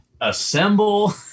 assemble